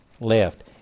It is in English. left